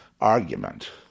argument